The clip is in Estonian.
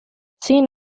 siin